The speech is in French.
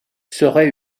serait